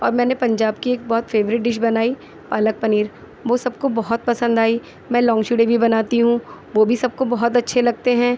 اور میں نے پنجاب کی ایک بہت فیوریٹ ڈش بنائی پالک پنیر وہ سب کو بہت پسند آئی میں لونگ چڑے بھی بناتی ہوں وہ بھی سب کو بہت اچھے لگتے ہیں